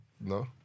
no